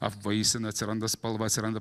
apvaisina atsiranda spalva atsiranda